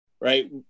right